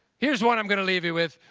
here's one i'm going to leave you with,